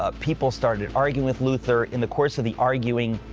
ah people started arguing with luther. in the course of the arguing,